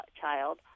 child